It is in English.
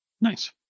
Nice